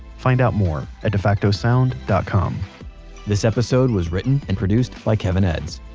find out more at defactosound dot com this episode was written and produced by kevin edds,